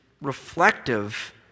reflective